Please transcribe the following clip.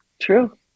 True